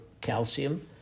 calcium